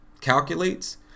calculates